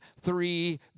three